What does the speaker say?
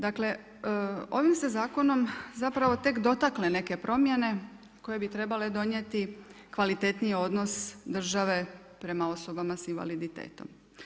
Dakle ovim se zakonom zapravo tek dotakle neke promjene koje bi trebale donijeti kvalitetniji odnos države prema osobama s invaliditetom.